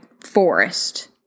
Forest